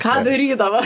ką daryt dabar